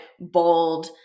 bold